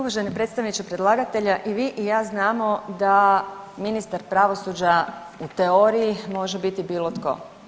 Uvaženi predstavniče predlagatelja, i vi i ja znamo da ministar pravosuđa u teoriji može biti bilo tko.